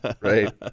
right